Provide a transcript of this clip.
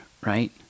Right